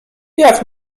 jak